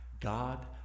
God